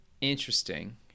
Interesting